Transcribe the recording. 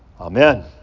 Amen